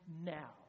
now